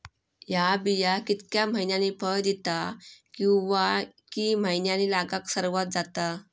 हया बिया कितक्या मैन्यानी फळ दिता कीवा की मैन्यानी लागाक सर्वात जाता?